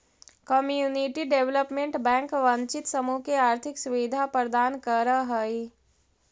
community development bank वंचित समूह के आर्थिक सुविधा प्रदान करऽ हइ